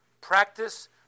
Practice